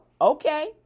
okay